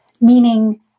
meaning